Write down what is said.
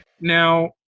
Now